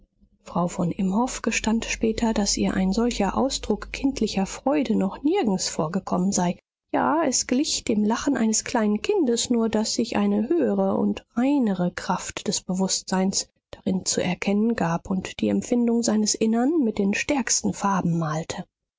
frau von imhoff gestand später daß ihr ein solcher ausdruck kindlicher freude noch nirgends vorgekommen sei ja es glich dem lachen eines kleinen kindes nur daß sich eine höhere und reinere kraft des bewußtseins darin zu erkennen gab und die empfindung seines innern mit den stärksten farben malte